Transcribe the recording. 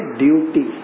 duty